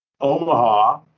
Omaha